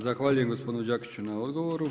Zahvaljujem gospodinu Đakiću na odgovoru.